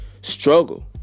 struggle